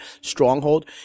stronghold